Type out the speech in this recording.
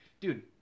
dude